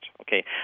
okay